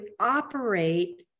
operate